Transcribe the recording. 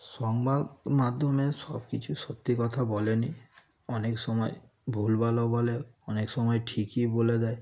সংবাদ মাধ মাধ্যমে সব কিছু সত্যি কথা বলে না অনেক সময় ভুলভালও বলে অনেক সময় ঠিকই বলে দেয়